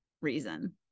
reason